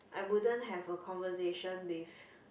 I wouldn't have a conversation with